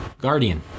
Guardian